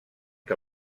que